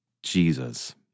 Jesus